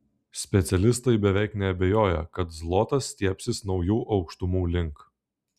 specialistai beveik neabejoja kad zlotas stiebsis naujų aukštumų link